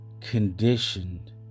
conditioned